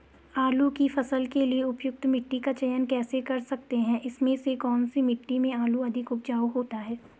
आलू की फसल के लिए उपयुक्त मिट्टी का चयन कैसे कर सकते हैं इसमें से कौन सी मिट्टी में आलू अधिक उपजाऊ होता है?